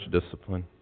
discipline